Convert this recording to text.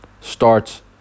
starts